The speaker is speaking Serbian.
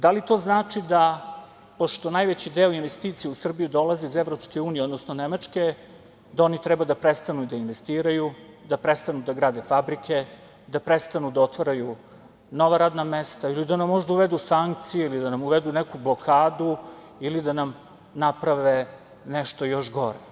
Da li to znači da, pošto najveći deo investicija u Srbiju dolazi iz EU, odnosno Nemačke, oni treba da prestanu da investiraju, da prestanu da grade fabrike, da prestanu da otvaraju nova radna mesta ili da nam možda uvedu sankcije, da nam uvedu neku blokadu ili da nam naprave nešto još gore?